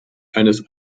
eines